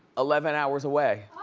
eleven hours away. oh.